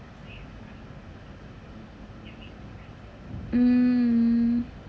mm